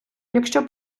якщо